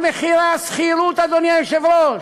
אבל מחירי השכירות, אדוני היושב-ראש,